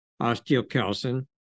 osteocalcin